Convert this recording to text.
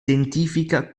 identifica